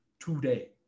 today